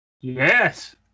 Yes